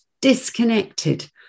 disconnected